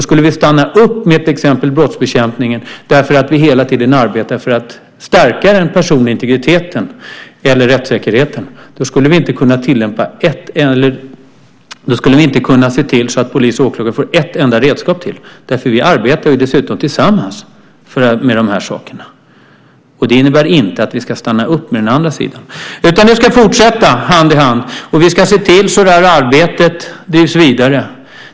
Skulle vi stanna upp exempelvis med brottsbekämpningen därför att vi hela tiden arbetade för att stärka den personliga integriteten och rättssäkerheten skulle vi inte kunna se till att polis och åklagare fick ett enda redskap till. Vi arbetar tillsammans med dessa saker. Detta innebär inte att vi ska stanna upp med den andra sidan, utan de ska fortsätta hand i hand. Vi ska se till så att detta arbete drivs vidare.